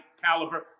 caliber